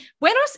Buenos